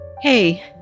Hey